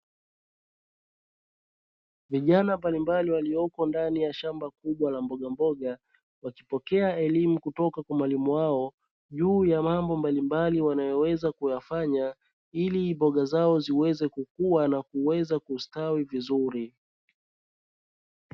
Vijana mbalimbali waliopo ndani ya shamba kubwa la mbogamboga wakipokea elimu kutoka kwa mwalimu wao, juu ya mambo mbalimbali wanayoweza kuyafanya ili mboga zao ziweze kukua na kustawi vizuri.